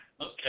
Okay